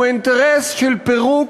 הוא אינטרס של פירוק